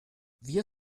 wir